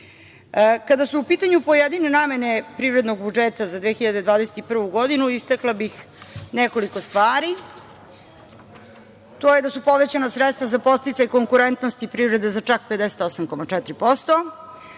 su u pitanju pojedine namene privrednog budžeta za 2021. godinu, istakla bih nekoliko stvari. To je da su povećana sredstva za podsticaj konkurentnosti privrede za čak 58,4%.